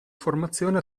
formazione